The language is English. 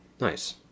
Nice